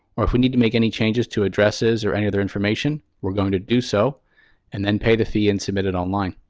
or if we need to make any changes to addresses or any other information, we're going to do so and then pay the fee and submit it online.